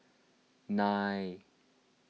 nine